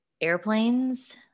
airplanes